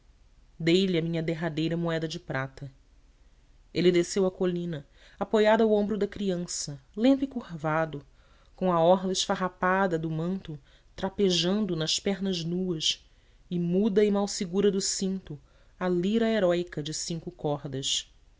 dei-lhe a minha derradeira moeda de prata ele desceu a colina apoiado ao ombro da criança lento e curvado com a orla esfarrapada do manto trapejando nas pernas nuas e muda e mal segura do cinto a lira heróica de cinco cordas